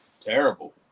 terrible